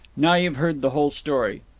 now you've heard the whole story.